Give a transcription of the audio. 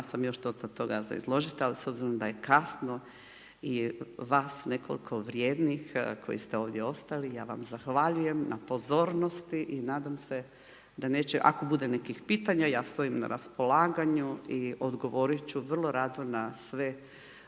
sam još dosta toga za izložiti i s obzirom da je kasno i vas nekoliko vrijednih koji ste ovdje ostali, ja vam zahvaljujem na pozornosti i nadam se da neće, ako bude nekih pitanja ja stojim na raspolaganju i odgovoriti ću vrlo rado na sve,